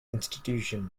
institution